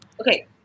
okay